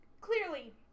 clearly